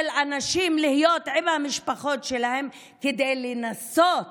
האנשים להיות עם המשפחות שלהם כדי לנסות